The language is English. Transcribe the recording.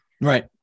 Right